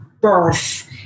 birth